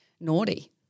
naughty